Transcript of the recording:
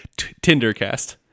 Tindercast